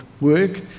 Work